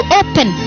open